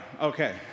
Okay